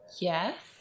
yes